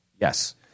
Yes